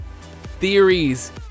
theories